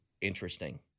Interesting